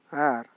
ᱟᱨ